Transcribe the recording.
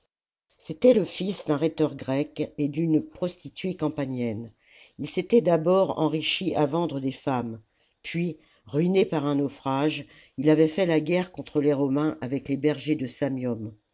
c'était le fils d'un rhéteur grec et d'une prostituée campanienne ii s'était d'abord enrichi à vendre des femmes puis ruiné par un naufrage il avait fait la guerre contre les romains avec les bergers du samnium